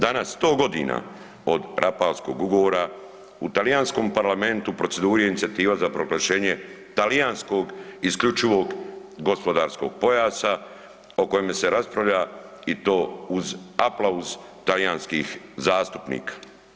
Danas 100 godina od Rapalskog ugovora u talijanskom Parlamentu procedura i inicijativa za proglašenje talijanskog isključivog gospodarskog pojasa o kojem se raspravlja uz aplauz talijanskih zastupnika.